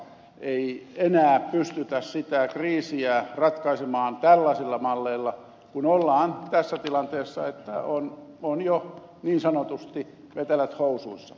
ei enää pystytä sitä kriisiä ratkaisemaan tällaisilla malleilla kun ollaan tässä tilanteessa että on jo niin sanotusti vetelät housuissa